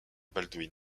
baldwin